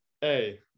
Hey